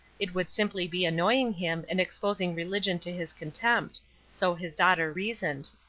it would simply be annoying him and exposing religion to his contempt so his daughter reasoned.